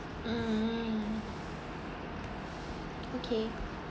mm okay